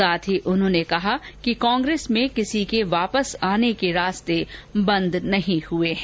साथ ही उन्होंने कहा कि कांग्रेस में किसी के वापस आने के रास्ते बंद नहीं हुए हैं